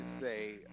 say